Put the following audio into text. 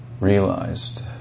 realized